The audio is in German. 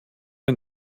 ein